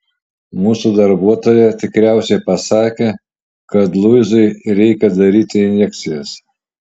mūsų darbuotoja tikriausiai pasakė kad luizai reikia daryti injekcijas